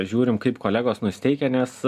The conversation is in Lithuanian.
žiūrim kaip kolegos nusiteikę nes